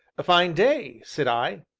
a fine day! said i.